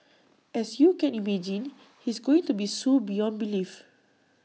as you can imagine he's going to be sued beyond belief